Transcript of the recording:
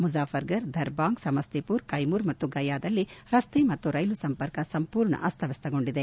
ಮುಜಾಫರ್ಮರ್ ದರ್ಭಾಂಗ್ ಸಮಸ್ಥಿಪುರ್ ಕೈಮೂರ್ ಮತ್ತು ಗಯಾದಲ್ಲಿ ರಸ್ತೆ ಮತ್ತು ರೈಲು ಸಂಪರ್ಕ ಸಂಪೂರ್ಣ ಅಸ್ತವ್ಯಸ್ತಗೊಂಡಿದೆ